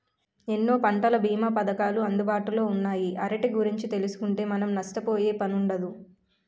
ఎన్నో పంటల బీమా పధకాలు అందుబాటులో ఉన్నాయి ఆటి గురించి తెలుసుకుంటే మనం నష్టపోయే పనుండదు